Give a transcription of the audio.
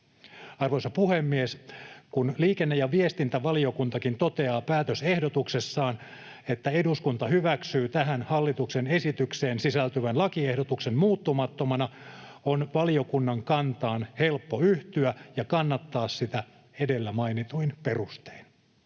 Arvoisa puhemies! Kun liikenne- ja viestintävaliokuntakin toteaa päätösehdotuksessaan, että eduskunta hyväksyy tähän hallituksen esitykseen sisältyvän lakiehdotuksen muuttamattomana, on valiokunnan kantaan helppo yhtyä ja kannattaa sitä edellä mainituin perustein.